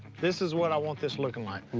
this is what i want this lookin' like.